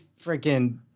freaking